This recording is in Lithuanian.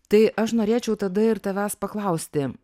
tai aš norėčiau tada ir tavęs paklausti